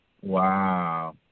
Wow